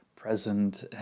present